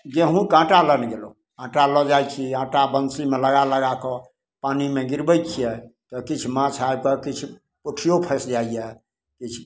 गेहूँके आटा लेने गेलहुँ आटा लऽ जाइत छी आटा बंशीमे लगा लगा कऽ पानिमे गिरबैत छियै तऽ किछु माछ आबिके किछु पोठिओ फँसि जैए किछु